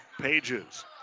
pages